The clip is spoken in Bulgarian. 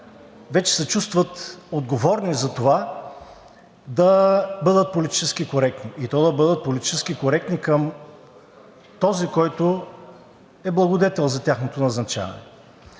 вече се чувстват отговорни за това да бъдат политически коректни, и то да бъдат политически коректни към този, който е благодетел за тяхното назначаване.